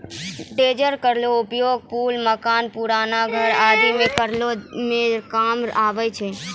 dozer केरो उपयोग पुल, मकान, पुराना घर आदि क तोरै म काम आवै छै